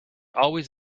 always